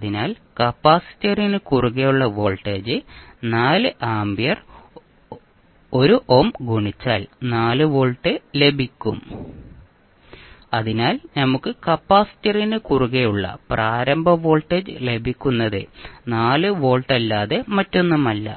അതിനാൽ കപ്പാസിറ്ററിന് കുറുകെയുള്ള വോൾട്ടേജ് 4 ആമ്പിയർ 1 ഓം ഗുണിച്ചാൽ 4 വോൾട്ട് ആയിരിക്കും അതിനാൽ നമുക്ക് കപ്പാസിറ്ററിന് കുറുകെയുള്ള പ്രാരംഭ വോൾട്ടേജ് ലഭിക്കുന്നത് 4 വോൾട്ടല്ലാതെ മറ്റൊന്നുമല്ല